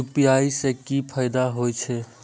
UPI से की फायदा हो छे?